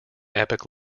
epic